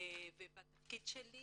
בתפקיד שלי